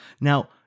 Now